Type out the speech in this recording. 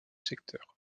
secteur